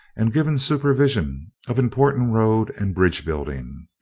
and given supervision of important road and bridge building.